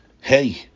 Hey